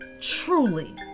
truly